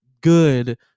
good